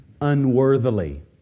unworthily